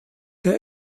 der